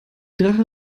drache